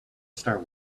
star